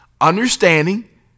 Understanding